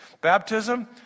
Baptism